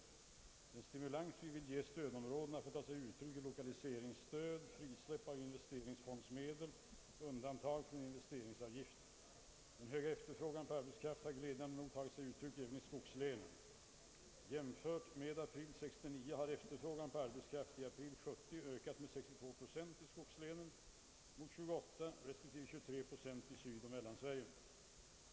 Den stimulans vi vill ge stödområdena får ta sig uttryck i lokaliseringsstöd, frisläpp av investeringsfondsmedel och undantag från investeringsavgift. Den höga efterfrågan på arbetskraft har glädjande nog tagit sig uttryck även i skogslänen. Jämfört med april 1969 har efterfrågan på arbetskraft i april 1970 ökat med 62 procent i skogslänen mot 28 respektive 23 procent i Sydoch Mellansverige.